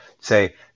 Say